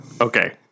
Okay